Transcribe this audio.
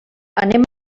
anem